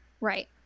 right